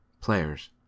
Players